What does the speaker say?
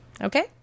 Okay